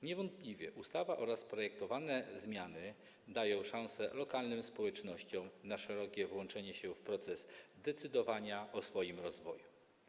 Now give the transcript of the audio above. Niewątpliwie ustawa oraz projektowane zmiany dają szanse lokalnym społecznościom na szerokie włączenie się w proces decydowania o swoim rozwoju.